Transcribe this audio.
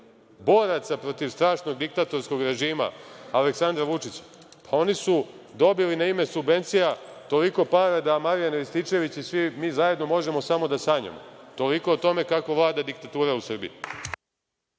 boraca protiv strašnog diktatorskog režima Aleksandra Vučića, pa oni su dobili na ime subvencija toliko para da Marijan Rističević i svi mi zajedno možemo samo da sanjamo. Toliko o tome kako vlada diktatura u Srbiji.